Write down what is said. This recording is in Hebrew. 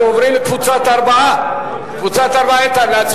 פרויקטים לעידוד,